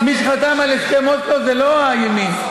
מי שחתם על הסכם אוסלו זה לא הימין,